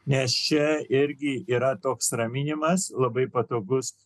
nes čia irgi yra toks raminimas labai patogus